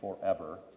forever